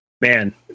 man